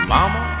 Mama